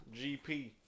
GP